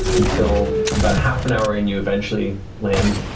until about half an hour in you eventually land